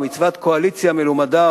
או מצוות קואליציה מלומדה,